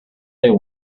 their